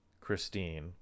Christine